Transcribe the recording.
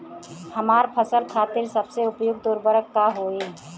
हमार फसल खातिर सबसे उपयुक्त उर्वरक का होई?